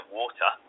water